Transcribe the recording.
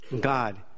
God